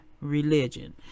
religion